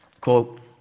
quote